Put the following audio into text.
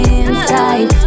inside